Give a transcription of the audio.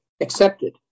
accepted